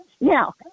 Now